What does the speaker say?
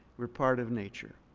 we're apart of nature.